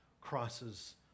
crosses